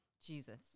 Jesus